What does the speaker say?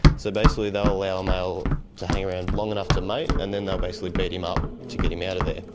so basically they'll allow a male to hang around long enough to mate, and then they'll basically beat him up to get him out of there.